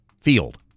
field